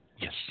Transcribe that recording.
Yes